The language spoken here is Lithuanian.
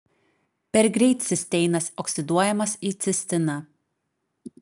per greit cisteinas oksiduojamas į cistiną